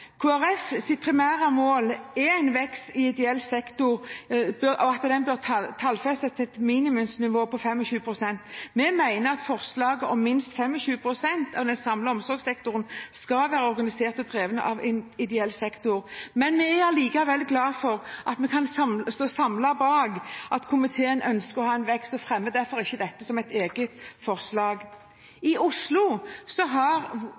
primære mål er en vekst i ideell sektor, og den bør tallfestes til et minimumsnivå på 25 pst. Vi mener at minst 25 pst. av den samlede omsorgssektoren skal være organisert og drevet av ideell sektor, men vi er allikevel glad for at vi kan stå samlet bak at komiteen ønsker en vekst. Vi fremmer derfor ikke dette som et eget forslag. I Oslo har